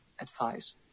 advice